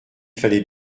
fallait